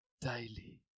daily